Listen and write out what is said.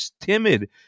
timid